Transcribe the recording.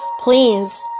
please